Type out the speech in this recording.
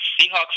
Seahawks